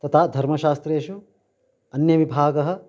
तथा धर्मशास्त्रेषु अन्ये विभागः